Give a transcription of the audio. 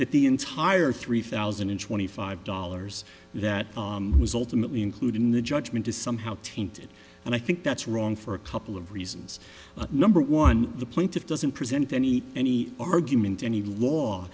that the entire three thousand and twenty five dollars that was ultimately included in the judgment is somehow tainted and i think that's wrong for a couple of reasons number one the plaintiff doesn't present any any argument any law